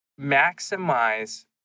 maximize